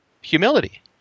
humility